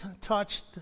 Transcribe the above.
touched